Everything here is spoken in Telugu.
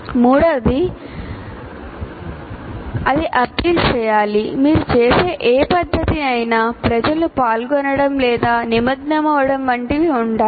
మూడవది అది అప్పీల్ చేయాలి మీరు చేసే ఏ పద్ధతి అయినా ప్రజలు పాల్గొనడం లేదా నిమగ్నమవ్వడం వంటివి ఉండాలి